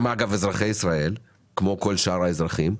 הם אגב, אזרחי ישראל כמו כל שאר האזרחים.